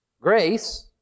grace